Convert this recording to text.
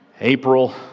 April